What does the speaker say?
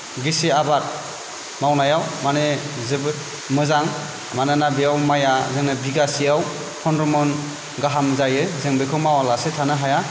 गिसि आबाद मावनायाव माने जोबोद मोजां मानोना बेयाव माइआ जोंना बिगासेयाव पन्द्र' मन गाहाम जायो जों बेखौ मावालासे थानो हाया